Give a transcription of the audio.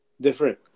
different